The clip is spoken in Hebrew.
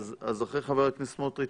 אז אחרי חבר הכנסת סמוטריץ',